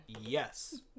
Yes